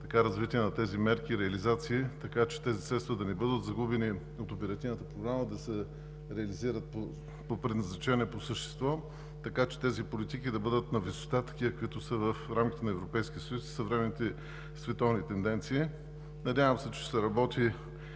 развитие на тези мерки и реализации, така че тези средства да не бъдат загубени от Оперативната програма, а да се реализират по предназначение, по същество, така че тези политики да бъдат на висотата, каквито са в рамките на Европейския съюз и съвременните световни тенденции. Надявам се, че ще се работи